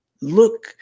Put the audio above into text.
look